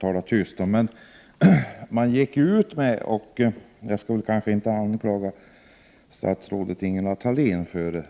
tala tyst om och som jag inte anklagar statsrådet Ingela Thalén för.